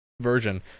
version